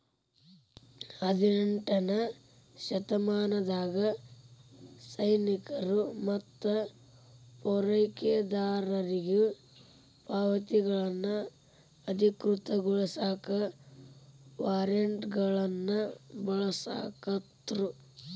ಹದಿನೆಂಟನೇ ಶತಮಾನದಾಗ ಸೈನಿಕರು ಮತ್ತ ಪೂರೈಕೆದಾರರಿಗಿ ಪಾವತಿಗಳನ್ನ ಅಧಿಕೃತಗೊಳಸಾಕ ವಾರ್ರೆಂಟ್ಗಳನ್ನ ಬಳಸಾಕತ್ರು